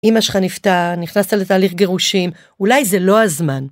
אמא שלך נפטרה, נכנסת לתהליך גירושים, אולי זה לא הזמן.